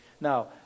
Now